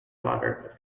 daughter